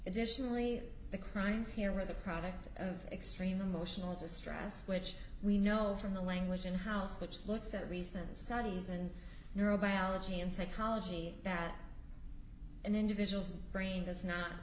additionally the crimes here were the product of extreme emotional distress which we know from the language in house which looks at recent studies and neurobiology and psychology that an individual's brain does not